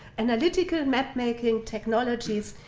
analytical mapmaking technologies,